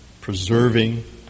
preserving